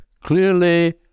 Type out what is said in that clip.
clearly